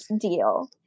deal